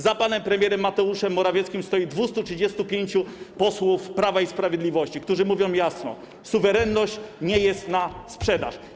Za panem premierem Mateuszem Morawieckim stoi 235 posłów Prawa i Sprawiedliwości, którzy mówią jasno: Suwerenność nie jest na sprzedaż.